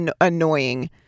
annoying